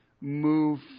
move